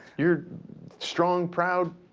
your strong, proud,